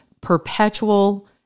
perpetual